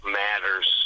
matters